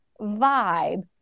vibe